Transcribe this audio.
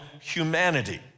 humanity